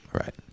right